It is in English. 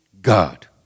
God